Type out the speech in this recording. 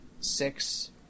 six